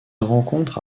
rencontre